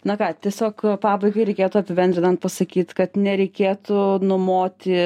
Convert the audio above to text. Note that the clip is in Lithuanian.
na ką tiesiog pabaigai reikėtų apibendrinan pasakyt kad nereikėtų numoti